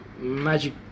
Magic